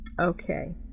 Okay